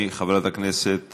חברת הכנסת